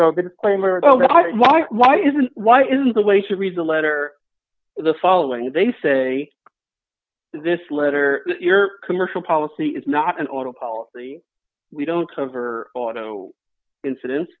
the claim or god why why isn't why isn't the way she read the letter the following they say this letter your commercial policy is not an auto policy we don't cover auto incidents